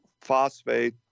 phosphate